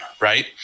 right